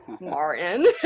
Martin